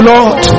Lord